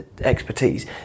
expertise